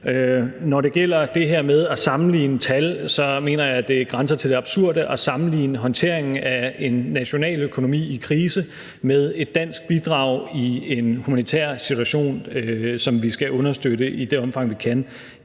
det her med at sammenligne tal, mener jeg, det grænser til det absurde at sammenligne håndteringen af en nationaløkonomi i krise med et dansk bidrag i en humanitær situation, som vi skal understøtte i det omfang, vi kan.